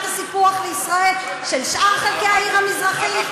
הסיפוח לישראל של שאר חלקי העיר המזרחית,